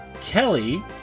Kelly